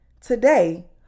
Today